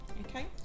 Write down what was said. okay